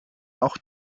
auch